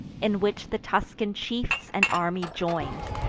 in which the tuscan chiefs and army join'd.